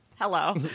Hello